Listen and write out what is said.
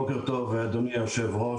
בוקר טוב אדוני היושב ראש,